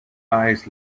eyes